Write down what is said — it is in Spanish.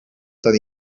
tan